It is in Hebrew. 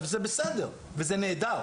ועדיין,